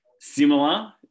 similar